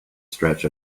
stretch